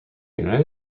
united